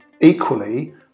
Equally